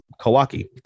Kawaki